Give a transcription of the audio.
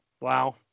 Wow